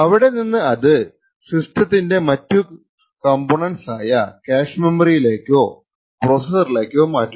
അവിടെ നിന്ന് അത് സിസ്റ്റത്തിന്റെ മറ്റു കമ്പോണന്റ്സ് ആയ കാഷ് മെമ്മറി യിലേക്കോ പ്രൊസസറിലേക്കോ മാറ്റുന്നു